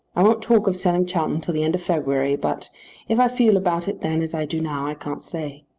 i won't talk of selling chowton till the end of february but if i feel about it then as i do now i can't stay.